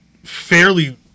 fairly